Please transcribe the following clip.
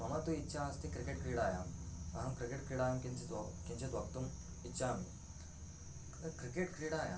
मम तु इच्छा अस्ति क्रिकेट् क्रीडायाम् अहं क्रिकेट् क्रीडायां किञ्चित् वा किञ्चित् वक्तुम् इच्छामि किं क्रिकेट् क्रीडायां